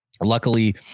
luckily